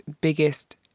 biggest